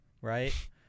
right